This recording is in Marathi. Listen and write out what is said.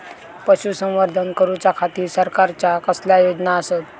पशुसंवर्धन करूच्या खाती सरकारच्या कसल्या योजना आसत?